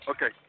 Okay